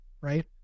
right